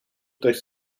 dat